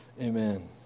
amen